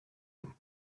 him